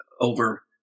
over